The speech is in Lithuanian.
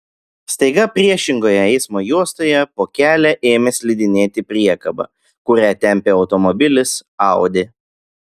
staiga priešingoje eismo juostoje po kelią ėmė slidinėti priekaba kurią tempė automobilis audi